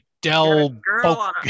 Dell